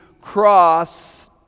cross